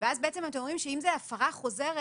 ואז אתם אומרים שאם זאת הפרה חוזרת,